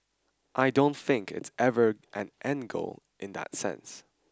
I don't think it's ever an end goal in that sense